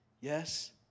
Yes